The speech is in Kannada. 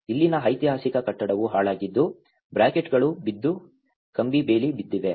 ಇಲ್ಲಿನ ಐತಿಹಾಸಿಕ ಕಟ್ಟಡವೂ ಹಾಳಾಗಿದ್ದು ಬ್ರಾಕೆಟ್ಗಳು ಬಿದ್ದು ಕಂಬಿಬೇಲಿ ಬಿದ್ದಿವೆ